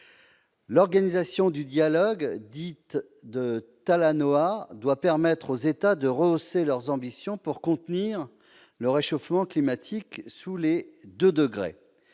L'organisation du dialogue dit « de Talanoa » doit permettre aux États d'accroître leurs ambitions pour contenir le réchauffement climatique sous les deux degrés.